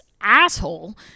asshole